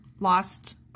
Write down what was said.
lost